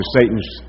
Satan's